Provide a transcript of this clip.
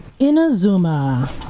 Inazuma